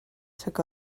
took